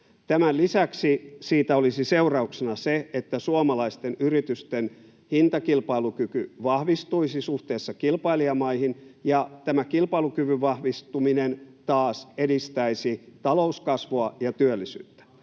Tämän lisäksi siitä olisi seurauksena se, että suomalaisten yritysten hintakilpailukyky vahvistuisi suhteessa kilpailijamaihin, ja tämä kilpailukyvyn vahvistuminen taas edistäisi talouskasvua ja työllisyyttä.